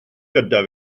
gyda